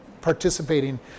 participating